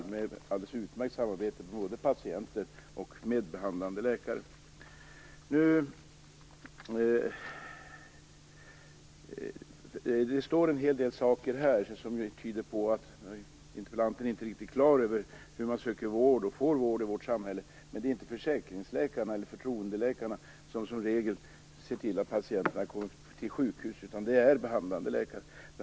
Samarbetet är alldeles utmärkt, både med patienter och med behandlande läkare. Det står en hel del saker i frågan som tyder på att interpellanten inte är riktigt klar över hur man söker och får vård i vårt samhälle. Det är inte försäkringsläkarna - eller förtroendeläkarna - som i regel ser till att patienterna kommer till sjukhus; det är behandlande läkare som gör det.